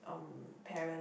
um parents